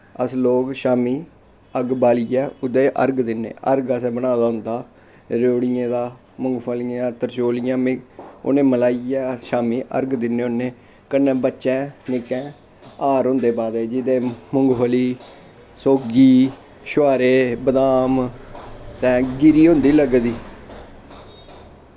अस लोग शामीं अग्ग बालियै ओह्दे च अर्ग दिन्ने अर्ग असें बना दा होंदा रयोड़ियें दा मुगफलियें दा त्रचौलियें दा उ'नें गी मलाइयै अस शामीं अर्ग दिन्ने होन्ने कन्नै बच्चें निक्के हार होंदे पाए दे जेह्दै च मुंगफली सौगी शोहारे बदाम ते गिरी होंदी लग्गी दी